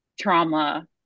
trauma